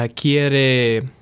quiere